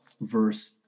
verse